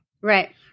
right